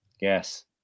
yes